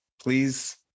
please